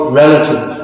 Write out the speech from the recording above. relative